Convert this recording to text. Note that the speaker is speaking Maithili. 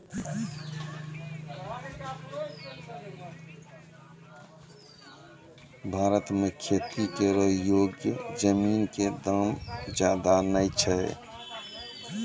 भारत मॅ खेती करै योग्य जमीन कॅ दाम ज्यादा नय छै